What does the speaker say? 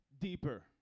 Deeper